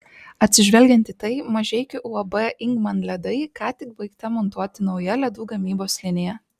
atsižvelgiant į tai mažeikių uab ingman ledai ką tik baigta montuoti nauja ledų gamybos linija